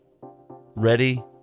Ready